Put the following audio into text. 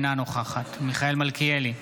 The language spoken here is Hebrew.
אינה נוכחת מיכאל מלכיאלי,